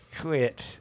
quit